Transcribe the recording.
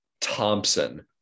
Thompson